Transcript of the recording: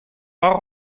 war